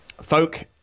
folk